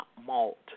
malt